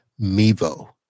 Mevo